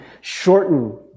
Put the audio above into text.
shorten